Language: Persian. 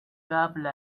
قبل